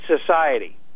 society